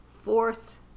fourth